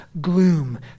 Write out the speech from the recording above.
gloom